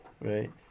right